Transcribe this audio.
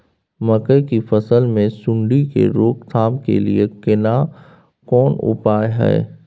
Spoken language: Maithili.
मकई की फसल मे सुंडी के रोक थाम के लिये केना कोन उपाय हय?